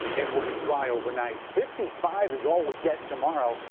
it will be dry overnight. fifty five is all we get tomorrow.